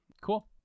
cool